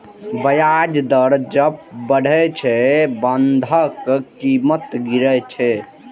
ब्याज दर जब बढ़ै छै, बांडक कीमत गिरै छै